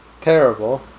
terrible